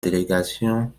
délégation